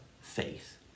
faith